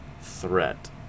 threat